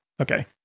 Okay